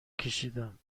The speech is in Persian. کشیدم